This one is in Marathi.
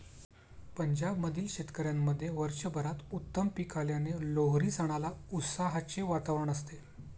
पंजाब मधील शेतकऱ्यांमध्ये वर्षभरात उत्तम पीक आल्याने लोहरी सणाला उत्साहाचे वातावरण असते